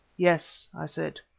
yes, i said,